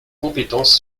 compétence